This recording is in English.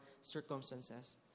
circumstances